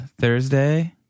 Thursday